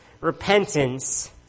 repentance